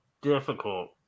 difficult